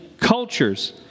cultures